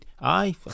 Aye